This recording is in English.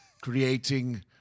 creating